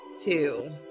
two